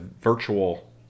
virtual